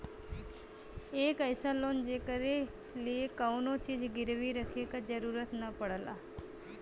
एक अइसन लोन जेकरे लिए कउनो चीज गिरवी रखे क जरुरत न पड़ला